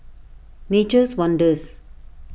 Nature's Wonders